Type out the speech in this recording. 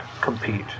compete